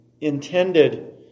intended